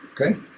Okay